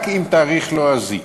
רק עם תאריך לועזי.